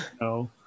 no